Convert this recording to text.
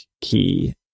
key